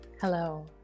Hello